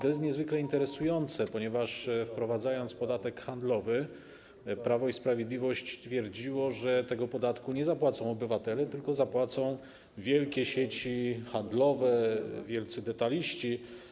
To jest niezwykle interesujące, ponieważ wprowadzając podatek handlowy, Prawo i Sprawiedliwość twierdziło, że tego podatku nie zapłacą obywatele, tylko zapłacą wielkie sieci handlowe, wielcy detaliści.